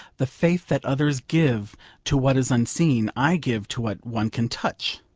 the faith that others give to what is unseen, i give to what one can touch,